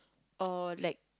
or like